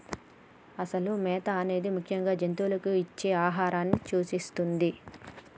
అసలు మేత అనేది ముఖ్యంగా జంతువులకు ఇచ్చే ఆహారాన్ని సూచిస్తుంది